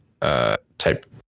type